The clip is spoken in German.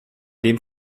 den